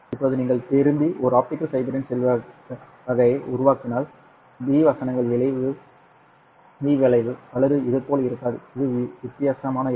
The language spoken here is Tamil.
இப்போது நீங்கள் திரும்பி ஒரு ஆப்டிகல் ஃபைபரின் செவ்வக வகையை உருவாக்கினால் b வசனங்கள் V வளைவு வலது இதுபோல் இருக்காது இது வித்தியாசமாக இருக்கும்